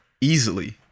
easily